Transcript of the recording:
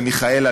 למיכאלה,